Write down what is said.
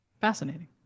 fascinating